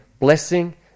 Blessing